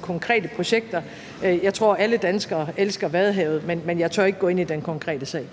konkrete projekter vil jeg sige, at jeg tror, at alle danskere elsker Vadehavet, men jeg tør ikke gå ind i den konkrete sag.